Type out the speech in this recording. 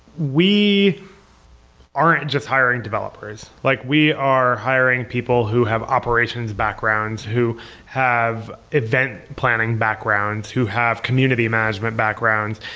we aren't just hiring developers. like we are hiring people who have operations backgrounds, who have event planning backgrounds, who have community management backgrounds.